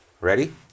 Ready